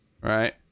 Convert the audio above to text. Right